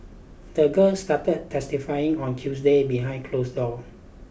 the girl started testifying on Tuesday behind closed doors